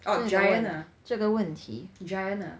这个这个问题